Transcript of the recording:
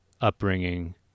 upbringing